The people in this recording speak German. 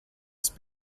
ist